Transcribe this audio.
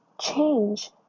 change